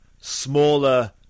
smaller